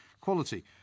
Quality